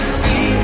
see